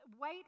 wait